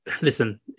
listen